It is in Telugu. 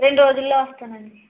రెండు రోజుల్లో వస్తాను అండి